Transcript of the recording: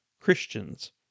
Christians